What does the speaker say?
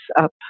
up